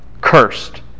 Cursed